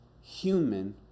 human